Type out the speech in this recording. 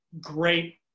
great